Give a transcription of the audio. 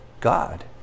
God